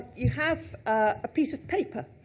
you have a piece of paper,